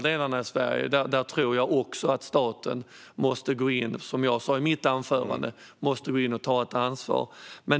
Där tror jag också att staten måste gå in och ta ansvar, som jag sa i mitt huvudanförande.